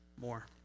more